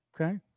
Okay